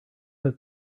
have